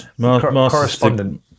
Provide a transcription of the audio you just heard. correspondent